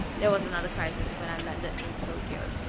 there was another crisis when i landed in tokyo,